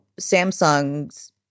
samsung's